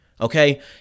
okay